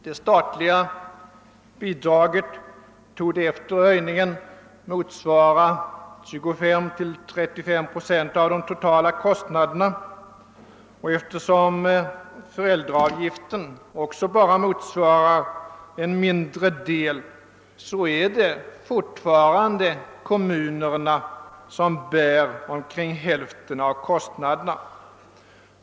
Det statliga bidraget torde efter höjningen motsvara 25—35 procent av de totala kostnaderna, och eftersom föräldraavgiften också bara motsvarar en mindre del, är det fortfarande kommunerna som bär omkring hälften av kostnaderna.